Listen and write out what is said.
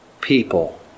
people